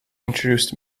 introduced